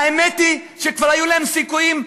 האמת היא שכבר היו להם סיכויים,